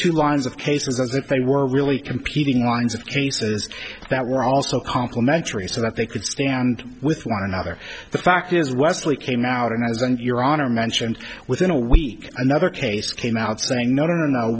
two lines of cases as if they were really competing winds of cases that were also complimentary so that they could stand with one another the fact is wesley came out and i wasn't your honor mentioned within a week another case came out saying no no no